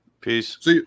Peace